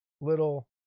little